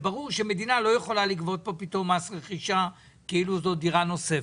זה ברור שמדינה לא יכולה לגבות פה מס רכישה כאילו זאת דירה נוספת.